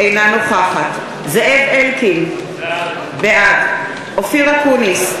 אינה נוכחת זאב אלקין, בעד אופיר אקוניס,